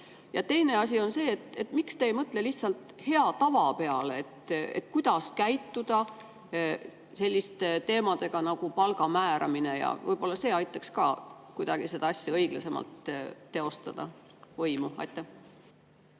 Ja teine asi on see, et miks te ei mõtle lihtsalt hea tava peale, kuidas käituda selliste teemade puhul nagu palga määramine. Võib-olla see aitaks ka võimu kuidagi õiglasemalt teostada? Aitäh,